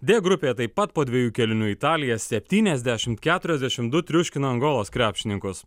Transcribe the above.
d grupėje taip pat po dviejų kėlinių italija septyniasdešimt keturiasdešimt du triuškino angolos krepšininkus